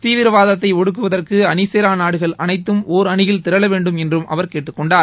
தீவிரவாதத்தை ஒடுக்குவதற்கு அணிசேரா நாடுகள் அனைத்தும் ஒர் அணியில் திரள வேண்டும் என்றும் அவர் கேட்டுக் கொண்டார்